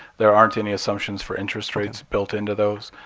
there aren't any assumptions for interest rates built into those.